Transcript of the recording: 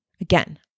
again